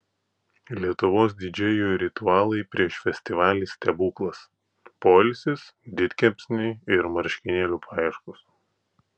lietuvos didžėjų ritualai prieš festivalį stebuklas poilsis didkepsniai ir marškinėlių paieškos